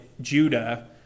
Judah